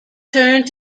turned